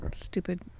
stupid